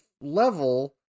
level